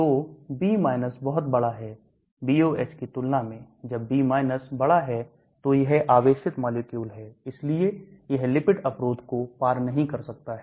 तो B बहुत बड़ा है BOH की तुलना में जब B बड़ा है तो यह आवेशित मॉलिक्यूल है इसलिए यह lipid अवरोध को पार नहीं कर सकता है